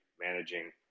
managing